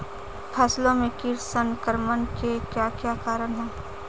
फसलों में कीट संक्रमण के क्या क्या कारण है?